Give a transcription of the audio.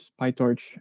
PyTorch